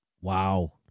Wow